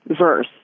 verse